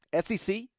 SEC